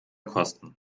kosten